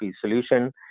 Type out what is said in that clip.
solution